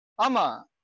Ama